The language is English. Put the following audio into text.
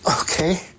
Okay